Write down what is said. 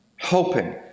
hoping